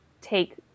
take